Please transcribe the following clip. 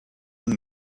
and